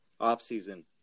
offseason